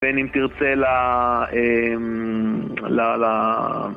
כן, אם תרצה ל...